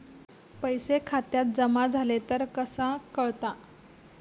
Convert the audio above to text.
पैसे खात्यात जमा झाले तर कसा कळता?